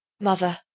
Mother